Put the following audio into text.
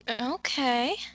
Okay